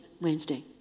Wednesday